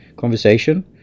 conversation